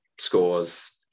scores